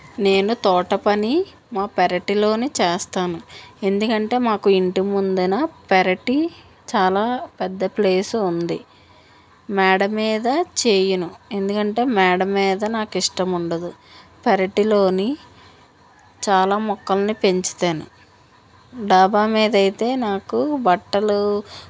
నేను తోట పని మా పెరట్లో చేస్తాను ఎందుకంటే మాకు ఇంటి ముందుర పెరటి చాలా పెద్ద ప్లేస్ ఉంది మేడ మీద చేయను ఎందుకంటే మేడ మీద నాకు ఇష్టము ఉండదు పెరట్లో చాలా మొక్కల్నిపెంచుతాను డాబా మీద అయితే నాకు బట్టలు